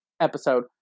episode